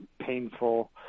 painful